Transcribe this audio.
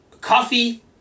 coffee